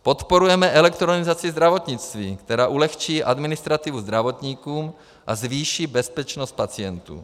Podporujeme elektronizaci zdravotnictví, která ulehčí administrativu zdravotníkům a zvýší bezpečnost pacientů.